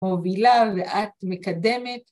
מובילה ואת מקדמת